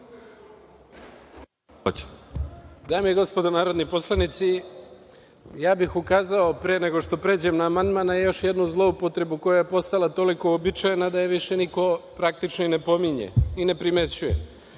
Dame i gospodo narodni poslanici, pre nego što pređem na amandman, ja bih ukazao na još jednu zloupotrebu koja je postala toliko uobičajena da je više niko praktično i ne pominje i ne primećuje,